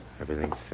Everything's